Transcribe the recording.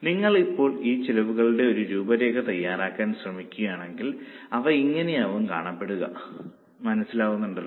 നിങ്ങൾ ഇപ്പോൾ ഈ ചെലവുകളുടെ ഒരു രൂപരേഖ തയ്യാറാക്കാൻ ശ്രമിക്കുകയാണെങ്കിൽ അവ ഇങ്ങനെയാകും കാണപ്പെടുക മനസ്സിലാകുന്നുണ്ടോ